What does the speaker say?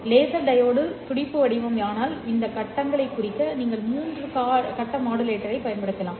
laser diode துடிப்பு வடிவம் ஆனால் இந்த கட்டங்களைக் குறிக்க நீங்கள் 3 கட்ட மாடுலேட்டரைப் பயன்படுத்தலாம்